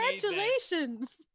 Congratulations